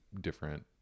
different